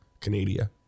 Canada